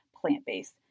plant-based